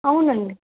అవునండి